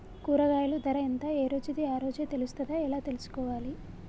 కూరగాయలు ధర ఎంత ఏ రోజుది ఆ రోజే తెలుస్తదా ఎలా తెలుసుకోవాలి?